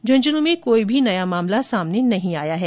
झुंझुनूं में कोई भी नया मामला सामने नहीं आया है